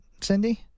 Cindy